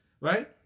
right